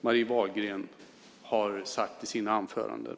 Marie Wahlgren har sagt i sina anföranden.